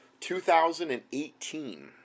2018